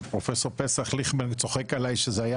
פרופסור פסח ליכטנברג צוחק עליי שזה היה